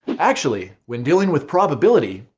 actually, when dealing with probability,